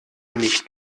nicht